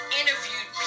interviewed